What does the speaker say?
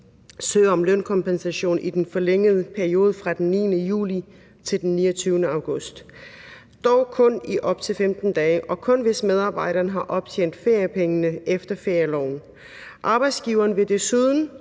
for lønmodtageren i den forlængede periode fra den 9. juli til den 29. august – dog kun i op til 15 dage og kun, hvis medarbejderen har optjent feriepengene efter ferieloven. Arbejdsgiveren vil desuden